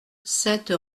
sept